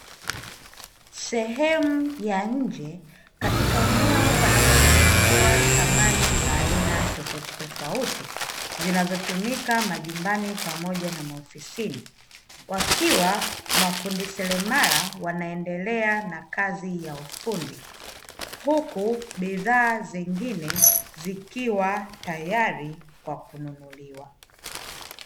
Sehemu ya nje katika eneo panapotengenezewa samani za aina tofautitofauti zinazotumika majumbani pamoja na maofisini, wakiwa mafundi seremala wanaendelea na kazi ya ufundi huku bidhaa zingine zikiwa tayari kwa kununuliwa.